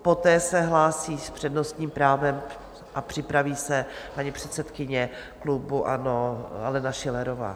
Poté se hlásí s přednostním právem a připraví se paní předsedkyně klubu ANO Alena Schillerová.